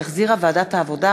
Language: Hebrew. שהחזירה ועדת העבודה,